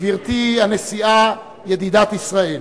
גברתי הנשיאה, ידידת ישראל,